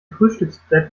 frühstücksbrett